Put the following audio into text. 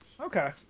Okay